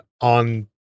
on